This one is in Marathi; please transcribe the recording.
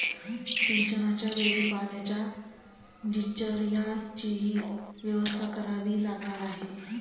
सिंचनाच्या वेळी पाण्याच्या निचर्याचीही व्यवस्था करावी लागणार आहे